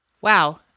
Wow